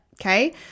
Okay